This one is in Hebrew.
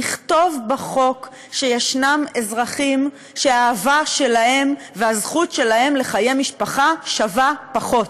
נכתוב בחוק שיש אזרחים שהאהבה שלהם והזכות שלהם לחיי משפחה שוות פחות,